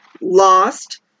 Lost